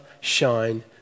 shine